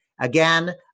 Again